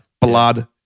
blood